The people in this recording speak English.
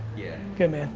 yeah. good, man.